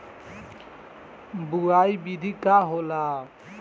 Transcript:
बुआई विधि का होला?